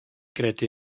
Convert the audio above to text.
gredu